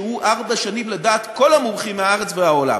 שהוא ארבע שנים לדעת כל המומחים מהארץ והעולם.